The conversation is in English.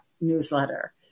newsletter